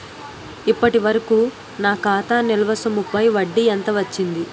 ఇప్పటి వరకూ నా ఖాతా నిల్వ సొమ్ముపై వడ్డీ ఎంత వచ్చింది?